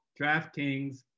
DraftKings